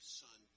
son